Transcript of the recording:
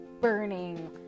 burning